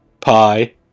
Pie